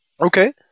Okay